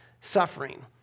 suffering